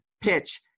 PITCH